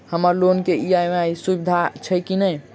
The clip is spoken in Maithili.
हम्मर लोन केँ ई.एम.आई केँ सुविधा छैय की नै?